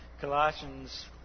Colossians